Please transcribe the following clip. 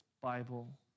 Bible